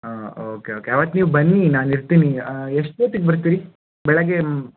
ಹಾಂ okay okay ಅವತ್ತು ನೀವು ಬನ್ನಿ ನಾನು ಇರ್ತೀನಿ ಎಷ್ಟೊತಿಗೆ ಬರ್ತೀರಿ ಬೆಳಗ್ಗೆ